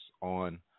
on